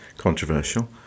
Controversial